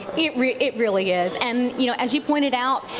it really it really is, and you know as you pointed out,